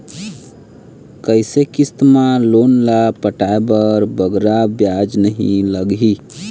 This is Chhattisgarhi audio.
कइसे किस्त मा लोन ला पटाए बर बगरा ब्याज नहीं लगही?